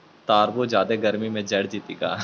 तारबुज जादे गर्मी से जर जितै का?